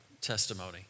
testimony